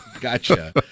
Gotcha